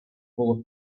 full